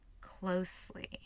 closely